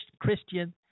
Christian